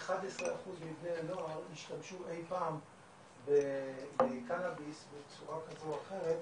שכ-11 אחוזים מבני הנוער השתמשו אי פעם בקנאביס בצורה כזו או אחרת,